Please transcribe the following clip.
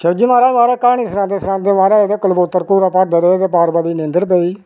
शिबजी महाराज माराज क्हानी सनांदे सनांदे महाराज कबूतर घूरा भरदे रेह् ते पार्बती गी नींदर पेई गेई